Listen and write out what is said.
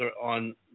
on